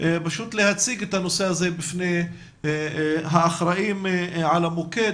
להציג את הנושא הזה בפני האחראים על המוקד